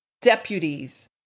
deputies